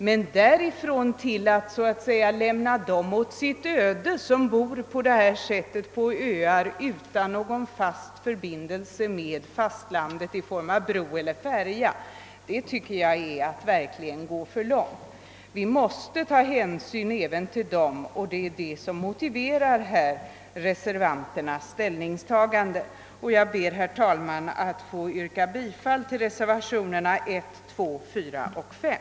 Men därifrån till att så att säga lämna dem som bor på öar utan någon fast förbindelse med fastlandet i form av bro eller färja åt deras öde tycker jag verkligen att steget är för långt. Vi måste ta hänsyn även till dem, och det är detta som motiverar reservanternas ställningstagande. Jag ber, herr talman, att få yrka bifall till reservationerna 1, 2, 4 och 5.